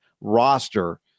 roster